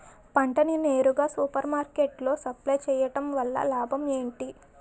పంట ని నేరుగా సూపర్ మార్కెట్ లో సప్లై చేయటం వలన లాభం ఏంటి?